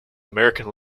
american